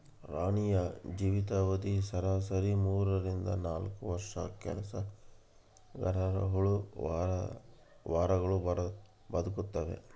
ರಾಣಿಯ ಜೀವಿತ ಅವಧಿ ಸರಾಸರಿ ಮೂರರಿಂದ ನಾಲ್ಕು ವರ್ಷ ಕೆಲಸಗರಹುಳು ವಾರಗಳು ಬದುಕ್ತಾವೆ